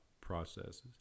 processes